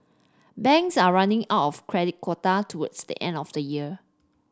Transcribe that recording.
banks are running out of credit quota towards the end of the year